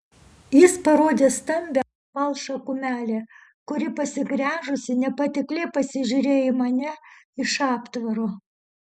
jis parodė stambią palšą kumelę kuri pasigręžusi nepatikliai pasižiūrėjo į mane iš aptvaro